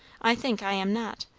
i think i am not.